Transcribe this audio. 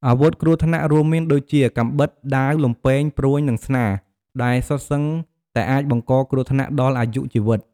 អាវុធគ្រោះថ្នាក់ រួមមានដូចជា កាំបិត ដាវ លំពែង ព្រួញ និងស្នា ដែលសុទ្ធសឹងតែអាចបង្កគ្រោះថ្នាក់ដល់អាយុជីវិត។